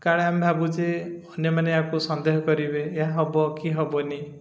କାଳେ ଆମେ ଭାବୁଛେ ଅନ୍ୟମାନେ ଏହାକୁ ସନ୍ଦେହ କରିବେ ଏହା ହବ କି ହବନି